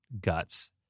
guts